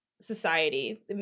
society